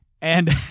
And-